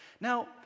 Now